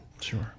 Sure